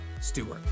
Stewart